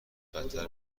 بدتر